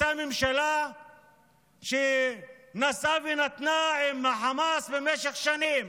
אותה ממשלה שנשאה ונתנה עם החמאס במשך שנים,